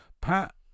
Pat